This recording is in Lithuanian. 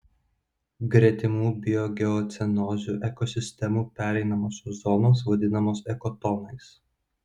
gretimų biogeocenozių ekosistemų pereinamosios zonos vadinamos ekotonais